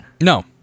No